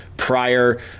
Prior